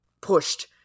pushed